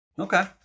Okay